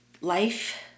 Life